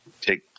take